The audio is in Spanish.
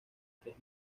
tres